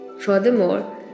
Furthermore